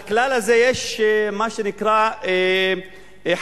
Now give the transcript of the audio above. לכלל הזה יש מה שנקרא חריגים,